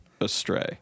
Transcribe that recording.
astray